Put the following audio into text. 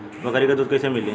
बकरी क दूध कईसे मिली?